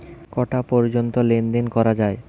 কটা পর্যন্ত লেন দেন করা য়ায়?